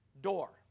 door